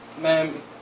Ma'am